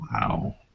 Wow